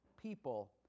people